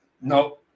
no